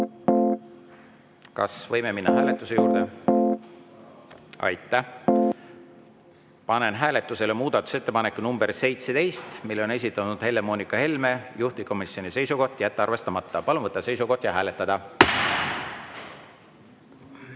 Kas võime minna hääletuse juurde? (Saal on nõus.) Aitäh! Panen hääletusele muudatusettepaneku nr 17, mille on esitanud Helle-Moonika Helme, juhtivkomisjoni seisukoht: jätta arvestamata. Palun võtta seisukoht ja hääletada!